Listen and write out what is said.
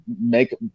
make